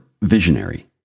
visionary